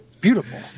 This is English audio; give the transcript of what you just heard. beautiful